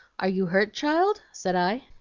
are you hurt, child said i.